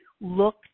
look